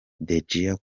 dejiang